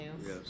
Yes